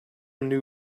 new